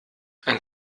ein